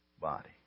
body